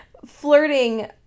Flirting